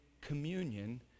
communion